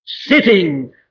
Sitting